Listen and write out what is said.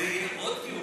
על זה יהיה עוד דיון.